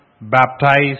baptized